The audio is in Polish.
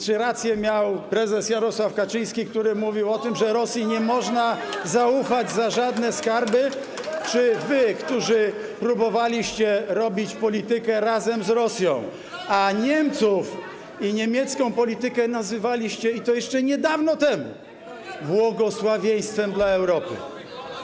Czy rację miał prezes Jarosław Kaczyński, który mówił o tym, że Rosji nie można zaufać za żadne skarby, czy wy, którzy próbowaliście robić politykę razem z Rosją, a Niemców i niemiecką politykę nazywaliście, i to jeszcze niedawno, błogosławieństwem dla Europy?